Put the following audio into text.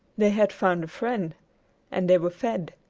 they had found a friend and they were fed.